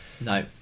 No